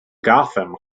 gotham